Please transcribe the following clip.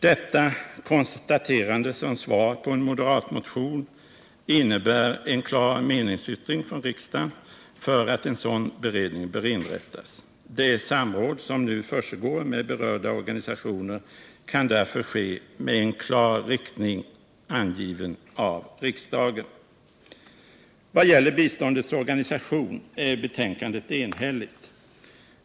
Detta konstaterande som svar på en moderatmotion innebär en klar meningsyttring från riksdagen till förmån för att en sådan beredning bör inrättas. Det samråd som nu försiggår med berörda organisationer kan därför ske med en klar riktning angiven av riksdagen. Vad gäller biståndets organisation är betänkandet enhälligt.